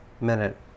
minute